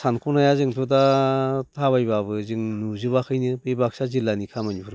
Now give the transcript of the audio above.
सानखनो हाया जोंथ' दा थाबायब्लाबो जों नुजोबाखैनो बे बाक्सा जिल्लानि खामानिफोरखौ